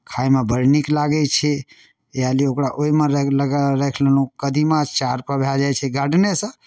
खायमे बड़ नीक लागै छै इएह लेल ओकरा ओहिमे राइ लगा राखि लेलहुँ कदीमा चाड़पर भए जाइ छै गार्डनेसँ